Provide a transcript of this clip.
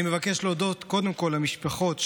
אני מבקש להודות קודם כול למשפחות שער,